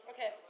Okay